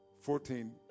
Fourteen